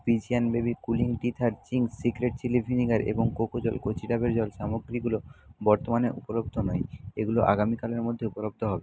pigeon baby cooling teether Ching's secret chilli vinegar এবং কোকোজল কচি ডাবের জল সামগ্রীগুলো বর্তমানে উপলব্ধ নয় এগুলো আগামীকালের মধ্যে উপলব্ধ হবে